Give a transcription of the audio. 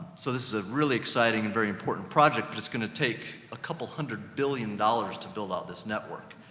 so this is a really exciting and very important project, but it's going to take a couple hundred billion dollars to build out this network.